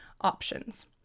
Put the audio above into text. options